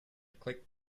clicked